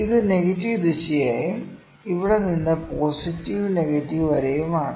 ഇത് നെഗറ്റീവ് ദിശയായും ഇവിടെ നിന്ന് പോസിറ്റീവ് നെഗറ്റീവ് വരെയുമാണ്